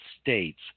states